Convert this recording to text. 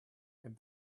and